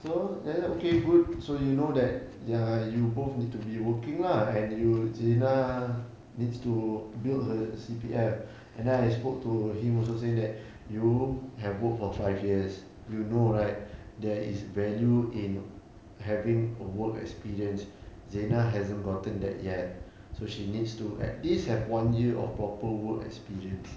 so then okay good so you know that ya you both need to be working lah and you zena needs to build her C_P_F and then I spoke to him also saying that you have work for five years you know right there is value in having a work experience zena hasn't gotten that yet so she needs to at least have one year of proper work experience